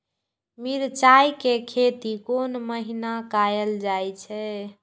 मिरचाय के खेती कोन महीना कायल जाय छै?